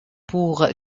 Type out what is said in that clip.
pour